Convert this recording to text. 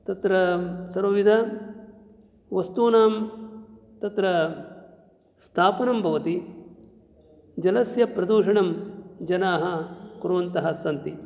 तत्र सर्वविधवस्तूनां तत्र स्थापनं भवति जलस्य प्रदूषणं जनाः कुर्वन्तः सन्ति